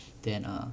then err